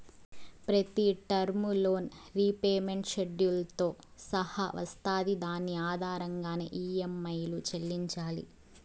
ప్రతి term loan repayment షెడ్యూల్తో సహా వస్తాది దాని ఆధారంగానే ఈ.యం.ఐలు చెల్లించాలి